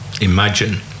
imagine